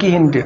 کِہیٖنۍ تہِ